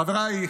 חבריי,